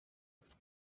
ارتش